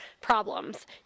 problems